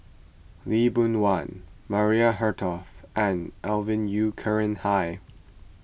Lee Boon Wang Maria Hertogh and Alvin Yeo Khirn Hai